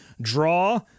draw